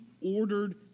ordered